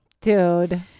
Dude